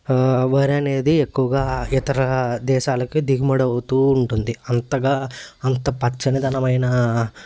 వరి అనేది ఎక్కువగా ఇతర దేశాలకు దిగుమడి అవుతూ ఉంటుంది అంతగా అంత పచ్చని ధనమైన